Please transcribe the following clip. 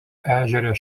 ežero